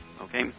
okay